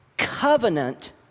covenant